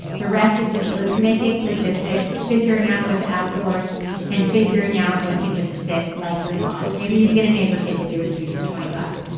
the rest is just list making logistics figuring out what to outsource and figuring out what can just sit like your lawn. maybe you can get a neighbor kid to do it for you for twenty bucks.